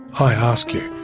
i ask you,